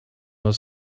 were